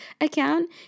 account